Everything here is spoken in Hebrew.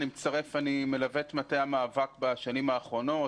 אני מלווה את מטה המאבק בשנים האחרונות